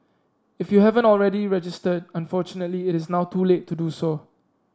if you haven't already registered unfortunately it is now too late to do so